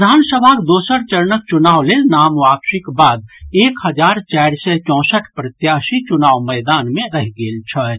विधानसभाक दोसर चरणक चुनाव लेल नाम वापसीक बाद एक हजार चारि सय चौंसठि प्रत्याशी चुनाव मैदान मे रहि गेल छथि